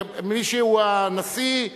מי שהוא הנשיא,